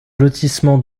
lotissement